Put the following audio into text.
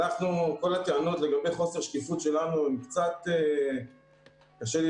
כל הטענות לגבי חוסר שקיפות שלנו קשה לי